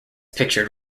pictured